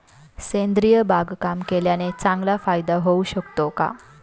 सेंद्रिय बागकाम केल्याने चांगला फायदा होऊ शकतो का?